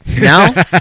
Now-